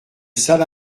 salle